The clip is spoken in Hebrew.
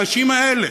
האנשים האלה,